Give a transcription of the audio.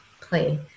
play